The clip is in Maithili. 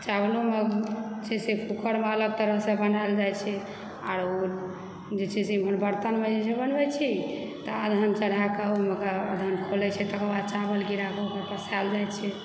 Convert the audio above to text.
चावलोमे जे छै से कूकरमे अलग तरहसँ बनायल जाइत छै आरो जे छै से इम्हर बरतनमे जे बनबैत छी तऽ अदहन चढ़ा कऽ ओहिमे ओकरा अदहन खौलैत छै तऽ ओकरा चावल गिराबू ओकरा पसायल जाइत छै